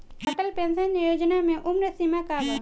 Atal pension योजना मे उम्र सीमा का बा?